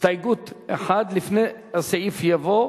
הסתייגות מס' 1. לפני הסעיף יבוא,